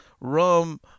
rum